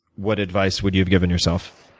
what advice would you have given yourself?